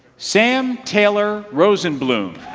sam taylor rosenbloom.